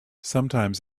sometimes